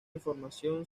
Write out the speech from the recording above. información